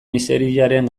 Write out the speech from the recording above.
miseriaren